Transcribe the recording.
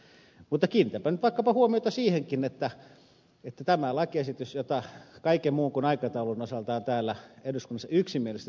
mutta kiinnitänpä nyt vaikkapa huomiota siihenkin että onhan tämä nyt ihan valtavan epäoikeudenmukaista että tässä lakiesityksessä jota kaiken muun kuin aikataulun osalta on täällä edes osa yksi mersi